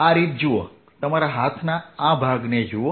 આ રીત જુઓ તમારા હાથના આ ભાગને જુઓ